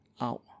out